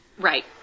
Right